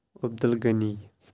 Abdul Ghani